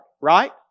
right